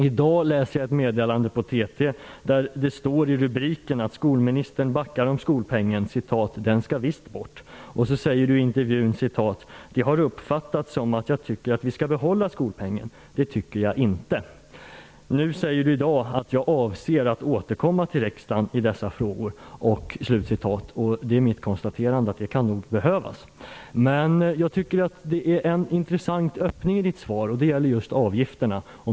I dag läser jag ett meddelande från TT där det i rubriken står att skolministern backar om skolpengen och att den visst skall bort. Hon säger i intervjun att det har uppfattats som om hon tycker att vi skall behålla skolpengen, men att hon inte tycker så. I dag säger Ylva Johansson att hon avser att återkomma till riksdagen i dessa frågor. Mitt konstaterande är att det nog kan behövas. Jag tycker att det finns en intressant öppning i svaret. Det gäller just avgifterna.